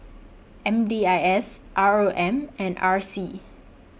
M D I S R O M and R C